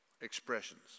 expressions